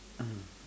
um